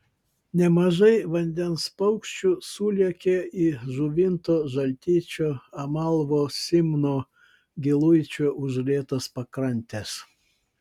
nemažai vandens paukščių sulėkė į žuvinto žaltyčio amalvo simno giluičio užlietas pakrantes